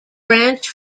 branch